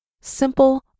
simple